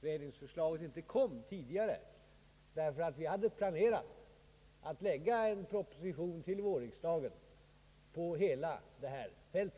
utredningsförslaget inte kom tidigare, ty vi hade planerat att lägga fram en proposition till vårriksdagen, gällande hela detta fält.